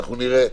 אנחנו נראה,